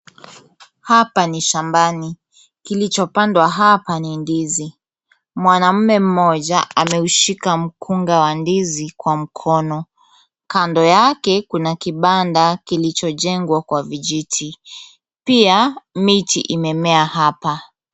Hapa ni shambani. Kilichopandwa hapa ni ndizi. Mwanaume mmoja ameushika mkunga wa ndizi kwa mkono. Kando yake kuna kibanda kilichojengwa kwa vijiti. Pia, miti imemea hapa.